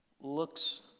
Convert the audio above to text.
looks